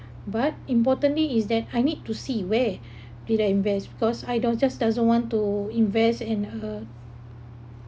but importantly is that I need to see where did I invest because I don't just doesn't want to invest in a